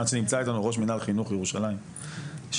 אמרת שנמצא איתנו ראש מינהל חינוך ירושלים לשעבר.